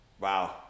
Wow